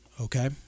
okay